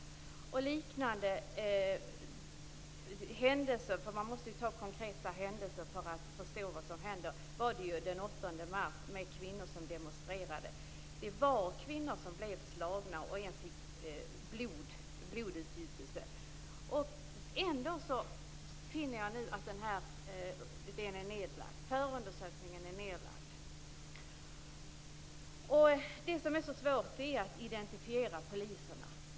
Man måste ta upp konkreta händelser för att man skall förstå vad som händer. En liknande händelse ägde rum den 8 mars då kvinnor demonstrerade. Det fanns kvinnor som blev slagna, och en fick en blodutgjutning. Ändå finner jag nu att förundersökningen är nedlagd. Det som är så svårt är att identifiera poliserna.